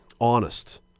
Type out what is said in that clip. honest